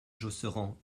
josserand